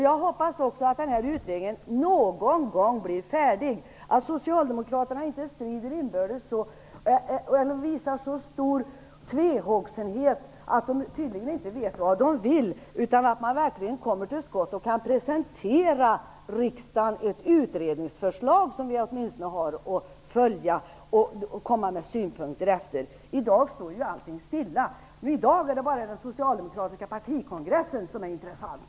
Jag hoppas också att den här utredningen någon gång blir färdig, att socialdemokraterna inte strider inbördes eller visar stor tvehågsenhet - de vet tydligen inte vad de vill - utan att man verkligen kommer till skott och åtminstone kan presentera riksdagen ett utredningsförslag som vi har att följa och komma med synpunkter på. I dag står allting stilla. I dag är det bara den socialdemokratiska partikongressen som är intressant.